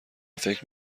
فکر